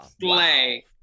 Slay